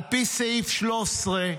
על פי סעיף 13,